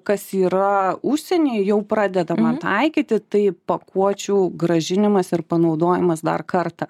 kas yra užsieny jau pradedama taikyti tai pakuočių grąžinimas ir panaudojimas dar kartą